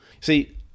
See